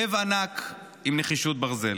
לב ענק עם נחישות ברזל.